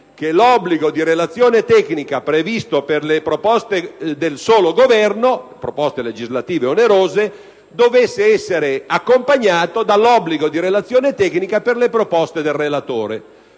Che l'obbligo di relazione tecnica previsto per le proposte legislative onerose del solo Governo dovesse essere accompagnato dall'obbligo di relazione tecnica per le proposte del relatore: